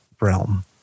realm